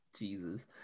jesus